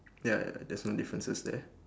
ya there's no differences there